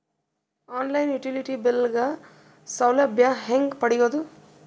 On line utility bill ಗ ಸೌಲಭ್ಯ ಹೇಂಗ ಪಡೆಯೋದು?